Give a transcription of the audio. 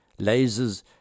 lasers